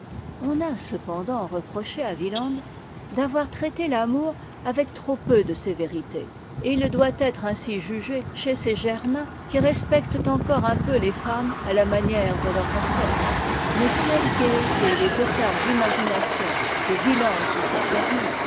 on a cependant reproché à wieland d'avoir traité l'amour avec trop peu de sévérité et il doit être ainsi jugé chez ces germains qui respectent encore un peu les femmes à la manière de leurs ancêtres mais quels qu'aient été les écarts d'imagination que wieland se soit permis